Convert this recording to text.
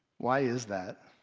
why is that?